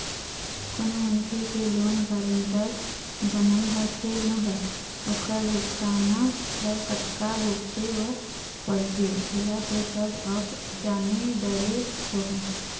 कोनो मनखे के लोन गारेंटर बनई ह खेल नोहय ओखर भुगतना ल कतका भुगते बर परथे ऐला तो सब अब जाने डरे होहूँ